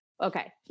Okay